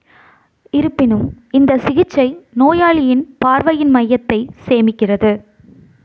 இருப்பினும் இந்த சிகிச்சை நோயாளியின் பார்வையின் மையத்தை சேமிக்கிறது